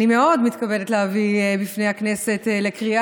אני מאוד מתכבדת להביא בפני הכנסת לקריאה